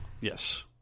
Yes